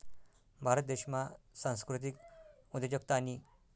भारत देशमा सांस्कृतिक उद्योजकतानी